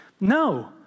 No